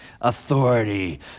authority